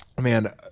Man